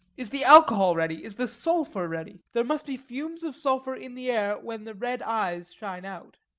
is the alcohol ready? is the sulphur ready? there must be fumes of sulphur in the air when the red eyes shine out.